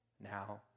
Now